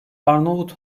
arnavut